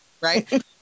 Right